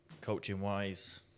coaching-wise